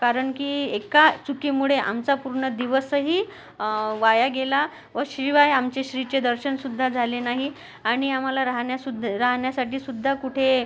कारण की एका चुकीमुळे आमचा पूर्ण दिवसही वाया गेला व शिवाय आमचे श्रीचे दर्शनसुद्धा झाले नाही आणि आम्हाला राहण्यासुद्धा राहण्यासाठीसुद्धा कुठे